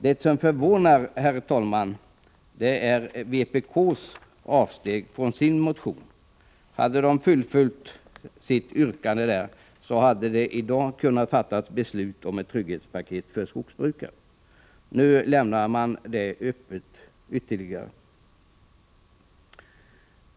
Det som förvånar, herr talman, är vpk:s avsteg från sin motion. Hade vpk fullföljt sitt yrkande på den punkten, hade det i dag kunnat fattas beslut om ett trygghetspaket för skogsbrukare. Nu lämnar man det hela öppet ytterligare.